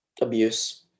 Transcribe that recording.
abuse